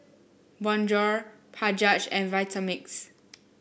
Bonjour Bajaj and Vitamix